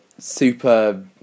super